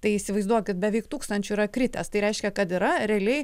tai įsivaizduokit beveik tūkstančiu yra kritęs tai reiškia kad yra realiai